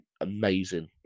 amazing